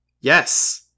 Yes